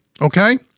Okay